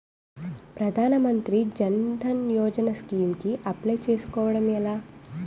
ప్రధాన మంత్రి జన్ ధన్ యోజన స్కీమ్స్ కి అప్లయ్ చేసుకోవడం ఎలా?